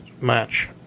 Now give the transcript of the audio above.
match